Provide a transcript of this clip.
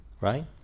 Right